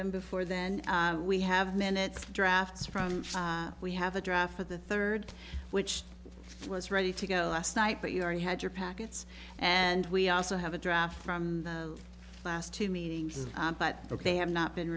them before then we have minutes drafts from we have a draft for the third which was ready to go last night but you already had your packets and we also have a draft from the last two meetings but ok have not been